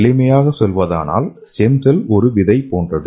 எளிமையாக சொல்வதானால்ஸ்டெம் செல் ஒரு விதை போன்றது